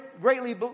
greatly